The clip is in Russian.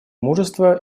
мужество